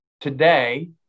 today